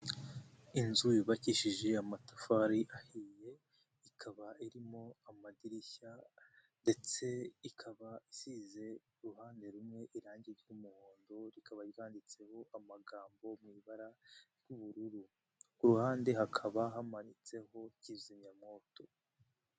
Inzu yubakishije amatafari ahiye ikaba, irimo amadirishya ndetse ikaba isize uruhande rumwe irangi ry'umuhondo, rikaba ryanditseho amagambo mu ibara ry'ubururu. Ku ruhande hakaba hamanitseho kizimyamwoto.